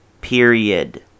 period